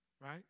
right